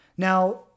Now